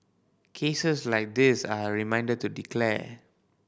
cases like this are a reminder to declare